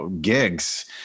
gigs